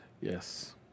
Yes